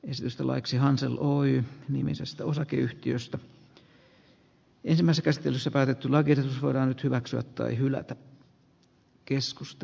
esitystä laiksi hansel oy nimisestä osakeyhtiöstä ensimmäisessä käsittelyssä päätetty lakiehdotus voidaan nyt hyväksyä tai hylätä